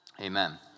Amen